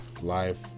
life